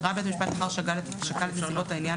"ראה בית המשפט לאחר ששקל את נסיבות העניין